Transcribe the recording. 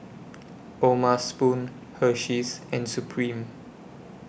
O'ma Spoon Hersheys and Supreme